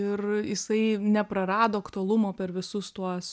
ir isai neprarado aktualumo per visus tuos